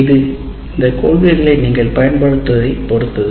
இது இந்த கொள்கைகளை நீங்கள் பயன்படுத்துவதை பொருத்தது